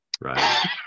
right